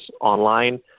online